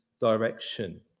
direction